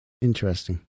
Interesting